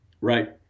Right